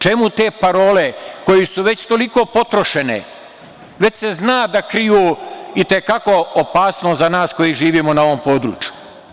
Čemu te parole koje su već toliko potrošene, već se zna da kriju i te kako opasnost za nas koji živimo na ovom području?